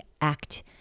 act